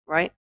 Right